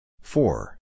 Four